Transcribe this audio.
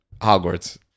Hogwarts